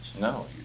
No